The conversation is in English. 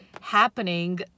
happening